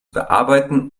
bearbeiten